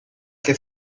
che